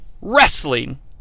wrestling